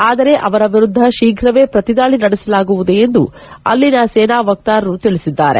ಆದರೆ ಅವರ ವಿರುದ್ದ ಶೀಘವೇ ಪ್ರತಿದಾಳಿ ನಡೆಸಲಾಗುವುದು ಎಂದು ಅಲ್ಲಿನ ಸೇನಾ ವಕ್ತಾರರು ತಿಳಿಸಿದ್ದಾರೆ